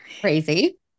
Crazy